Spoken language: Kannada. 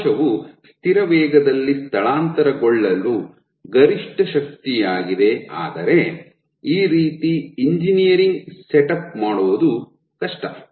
ಕೋಶವು ಸ್ಥಿರ ವೇಗದಲ್ಲಿ ಸ್ಥಳಾಂತರಗೊಳ್ಳುವ ಗರಿಷ್ಠ ಶಕ್ತಿಯಾಗಿದೆ ಆದರೆ ಈ ರೀತಿ ಇಂಜಿನಿಯರಿಂಗ್ ಸೆಟಪ್ ಮಾಡೋದು ಕಷ್ಟ